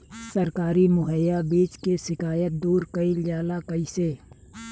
सरकारी मुहैया बीज के शिकायत दूर कईल जाला कईसे?